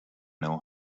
know